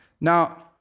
Now